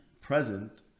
present